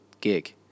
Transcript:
gig